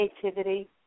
creativity